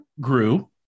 grew